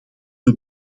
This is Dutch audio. het